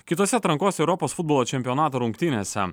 kitose atrankos europos futbolo čempionato rungtynėse